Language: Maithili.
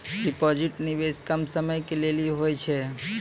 डिपॉजिट निवेश कम समय के लेली होय छै?